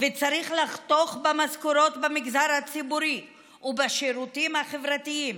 וצריך לחתוך במשכורות במגזר הציבורי ובשירותים החברתיים,